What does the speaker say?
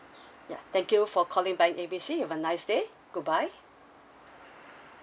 ya thank you for calling bank A B C you have a nice day goodbye